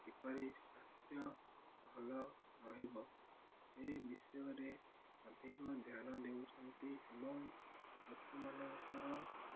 କିପରି ସ୍ୱାସ୍ଥ୍ୟ ଭଲ ରହିବ ସେ ବିଷୟରେ ଅଧିକ ଧ୍ୟାନ ଦେଉଛନ୍ତି ଏବଂ ଲୋକମାନଙ୍କର